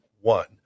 one